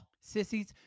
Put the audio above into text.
Sissies